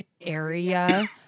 area